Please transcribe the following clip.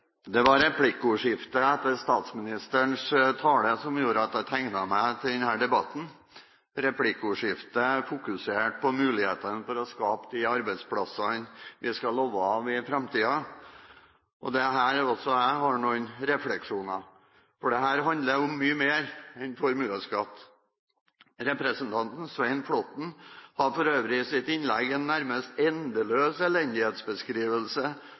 Det var replikkordskiftet etter statsministerens tale som gjorde at jeg tegnet meg til denne debatten. Replikkordskiftet fokuserte på mulighetene for å skape de arbeidsplassene som vi skal leve av i framtiden, og her har også jeg noen refleksjoner. Dette handler om mye mer enn formuesskatt. Representanten Svein Flåtten hadde for øvrig i sitt innlegg en nærmest endeløs elendighetsbeskrivelse